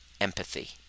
empathy